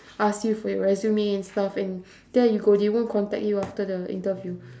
ask you for your resume and stuff and there you go they won't contact you after the interview